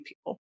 people